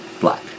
Black